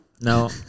No